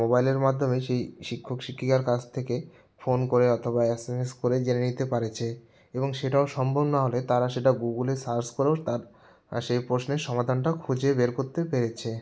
মোবাইলের মাধ্যমে সেই শিক্ষক বা শিক্ষিকার কাছ থেকে ফোন করে অথবা এস এম এস করে জেনে নিতে পারছে এবং সেটাও সম্ভব নাহলে তারা সেটা গুগলে সারচ করেও তার সেই প্রশ্নের সমাধানটা খুঁজে বের কোত্তে পেরেছে